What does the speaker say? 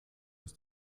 ist